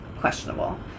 questionable